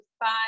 five